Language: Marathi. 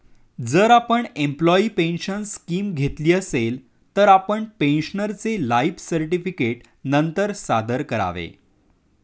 जर आपण एम्प्लॉयी पेन्शन स्कीम घेतली असेल, तर आपण पेन्शनरचे लाइफ सर्टिफिकेट नंतर सादर करावे